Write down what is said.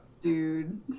Dude